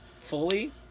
fully